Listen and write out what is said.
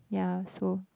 ya so